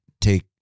Take